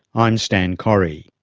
i'm stan correy.